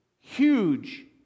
huge